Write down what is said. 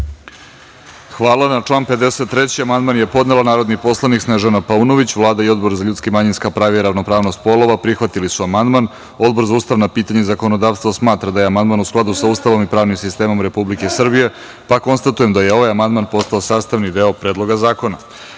Hvala. Na član 53. amandman je podnela narodni poslanik Snežana Paunović. Vlada i Odbor za ljudska i manjinska prava i ravnopravnost polova prihvatili su amandman. Odbor za ustavna pitanja i zakonodavstvo smatra da je amandman u skladu sa Ustavom i pravnim sistemom Republike Srbije. Konstatujem da je ovaj amandman postao sastavni deo Predloga zakona. Na